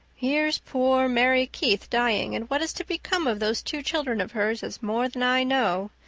here's poor mary keith dying and what is to become of those two children of hers is more than i know.